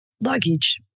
luggage